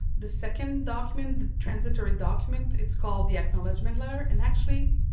the second document, the transitory document, it's called the acknowledgement letter. and actually,